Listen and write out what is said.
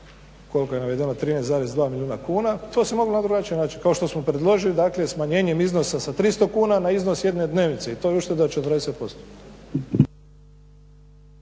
Koliko je navedeno 13,2 milijuna kuna. To se moglo na drugačiji način kao što smo predložili dakle smanjenjem iznosa sa 300 kuna na iznos jedne dnevnice i to je ušteda od 40%.